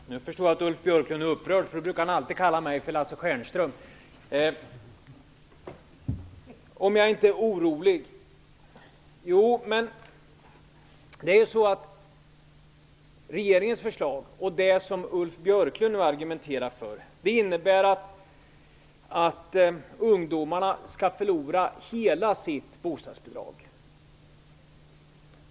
Herr talman! Nu förstår jag att Ulf Björklund är upprörd, för då brukar han alltid kalla mig för Lars Ulf Björklund frågade om jag inte är orolig. Jo, men det är ju så att regeringens förslag och det som Ulf Björklund nu argumenterar för innebär att ungdomarna förlorar hela sitt bostadsbidrag.